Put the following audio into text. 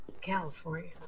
California